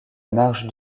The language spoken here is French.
marge